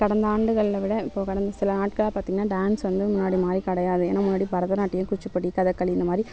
கடந்த ஆண்டுகளில் விட இப்போது கடந்த சில நாட்களாக பார்த்திங்கனா டான்ஸ் வந்து முன்னாடி மாதிரி கிடையாது ஏன்னால் முன்னாடி பரதநாட்டியம் குச்சிப்புடி கதக்கலி இந்த மாதிரி